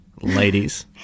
ladies